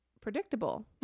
predictable